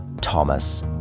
Thomas